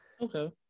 Okay